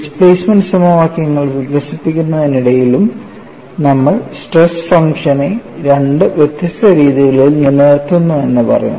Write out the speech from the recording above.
displacement സമവാക്യങ്ങൾ വികസിപ്പിക്കുന്നതിനിടയിലും നമ്മൾ സ്ട്രെസ് ഫംഗ്ഷനെ രണ്ട് വ്യത്യസ്ത രീതികളിൽ നിലനിർത്തുന്നു എന്നു പറഞ്ഞു